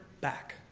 back